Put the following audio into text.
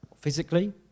Physically